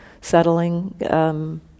settling